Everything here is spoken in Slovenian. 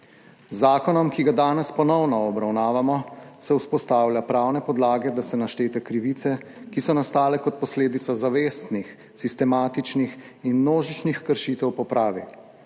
Z zakonom, ki ga danes ponovno obravnavamo, se vzpostavlja pravne podlage, da se naštete krivice, ki so nastale kot posledica zavestnih sistematičnih in množičnih kršitev, popravi.